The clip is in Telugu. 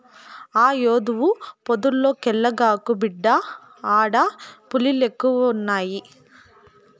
ఆ యెదురు పొదల్లోకెల్లగాకు, బిడ్డా ఆడ పులిలెక్కువున్నయి